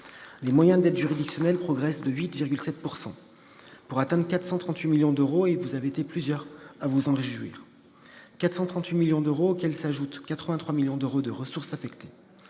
Les moyens de l'aide juridictionnelle progressent de 8,7 %, pour atteindre 438 millions d'euros- vous avez été plusieurs à vous en réjouir, mesdames, messieurs les sénateurs -, auxquels s'ajoutent 83 millions d'euros de ressources affectées.